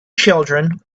children